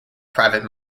private